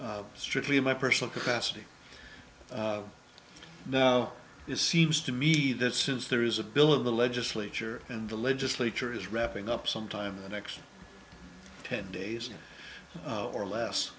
firms strictly in my personal capacity now it seems to me that since there is a bill in the legislature and the legislature is wrapping up sometime in the next ten days or less